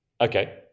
Okay